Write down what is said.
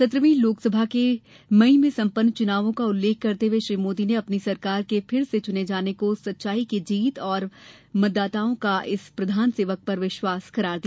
सत्रहवीं लोकसभा के मई में संपन्न चुनावों का उल्लेख करते हुए श्री मोदी ने अपनी सरकार के फिर से चुने जाने को सच्चाई की जीत और मतदाताओं का इस प्रधान सेवक पर विश्वास करार दिया